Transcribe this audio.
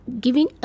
giving